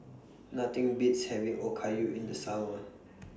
Nothing Beats having Okayu in The Summer